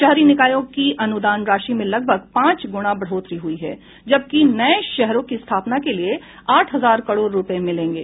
शहरी निकायों की अनुदान राशि में लगभग पांच गुणा बढ़ोतरी हुई है जबकि नये शहरों की स्थापना के लिए आठ हजार करोड़ रुपये मिलेंगे